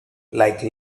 like